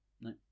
no